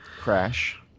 Crash